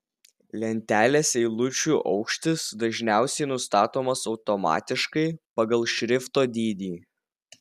lentelės eilučių aukštis dažniausiai nustatomas automatiškai pagal šrifto dydį